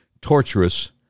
torturous